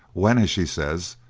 when, as she says,